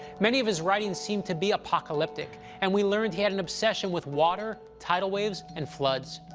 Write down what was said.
many of his writings seem to be apocalyptic. and we learned he had an obsession with water, tidal waves, and floods.